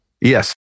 Yes